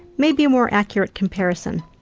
may be a more accurate comparison.